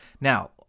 Now